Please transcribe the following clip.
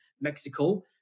Mexico